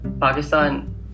Pakistan